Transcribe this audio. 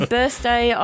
Birthday